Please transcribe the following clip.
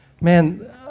Man